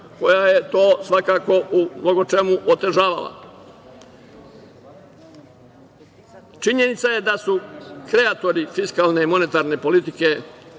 koja je to svakako u mnogo čemu otežavala. Činjenica je da su kreatori fiskalne monetarne politike